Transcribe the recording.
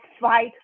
fight